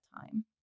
time